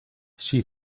she